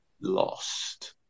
lost